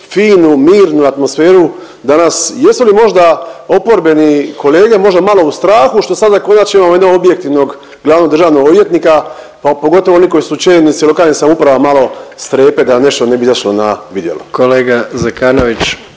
finu mirnu atmosferu danas, jesu li možda oporbeni kolege možda malo u strahu što sada konačno imamo jednog objektivnog glavnog državnog odvjetnika, pa pogotovo oni koji su čelnici lokalnih samouprava malo strepe da nešto ne bi izašlo na vidjelo? **Jandroković,